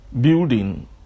building